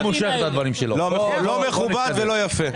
לא מכובד ולא יפה.